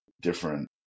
different